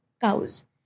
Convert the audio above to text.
cows